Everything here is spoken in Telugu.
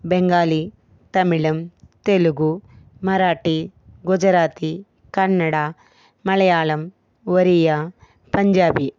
బెంగాలీ తమిళం తెలుగు మరాఠీ గుజరాతీ కన్నడ మలయాళం ఒరియా పంజాబీ